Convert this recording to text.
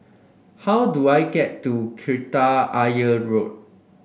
how do I get to Kreta Ayer Road